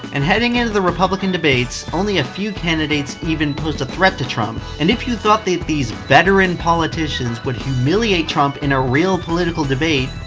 and heading into the republican debates, only a few candidates even posed a threat to trump. and if you thought that these veteran politicians would humiliate trump in a real political debate,